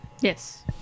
Yes